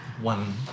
one